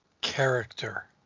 character